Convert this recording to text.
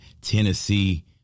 Tennessee